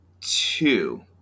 two